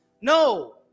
No